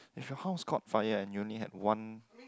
if your horse caught fire and you only had one